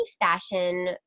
fashion